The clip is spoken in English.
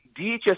DHS